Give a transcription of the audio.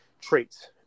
traits